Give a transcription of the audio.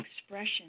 expression